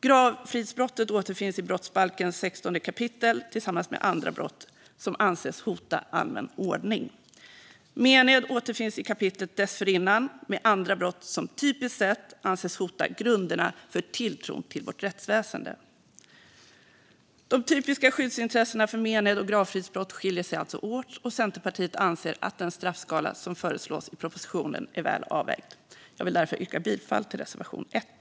Gravfridsbrottet återfinns i 16 kap. brottsbalken tillsammans med andra brott som anses hota allmän ordning. Mened återfinns i kapitlet dessförinnan tillsammans med andra brott som typiskt sett anses hota grunderna för tilltron till vårt rättsväsen. De typiska skyddsintressena gällande mened och gravfridsbrott skiljer sig alltså åt. Centerpartiet anser att den straffskala som föreslås i propositionen är väl avvägd. Jag yrkar därför bifall till reservation 1.